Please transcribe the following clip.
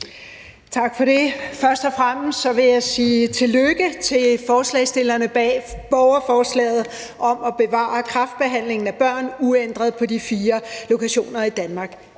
Tak for det. Først og fremmest vil jeg sige tillykke til forslagsstillerne bag borgerforslaget om at bevare kræftbehandlingen af børn uændret på de fire lokationer i Danmark.